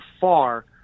far